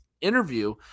interview